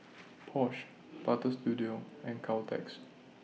Porsche Butter Studio and Caltex